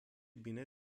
bine